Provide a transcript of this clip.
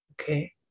Okay